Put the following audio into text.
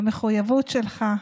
במחויבות שלך,